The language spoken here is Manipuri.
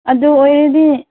ꯑꯗꯨ ꯑꯣꯏꯔꯗꯤ